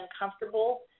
uncomfortable